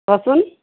ক'চোন